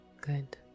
good